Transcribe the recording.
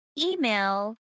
email